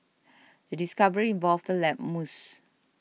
the discovery involved the lab mouse